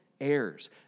heirs